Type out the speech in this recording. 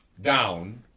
down